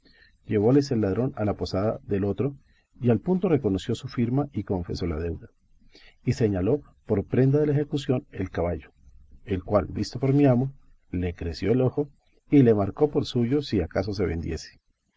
llevóles el ladrón a la posada del otro y al punto reconoció su firma y confesó la deuda y señaló por prenda de la ejecución el caballo el cual visto por mi amo le creció el ojo y le marcó por suyo si acaso se vendiese